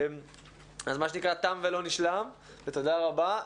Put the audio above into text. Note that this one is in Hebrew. אז מה שנקרא, תם ולא נשלם, ותודה רבה.